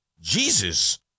Jesus